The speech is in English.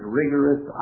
rigorous